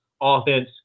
offense